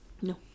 No